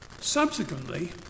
Subsequently